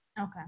Okay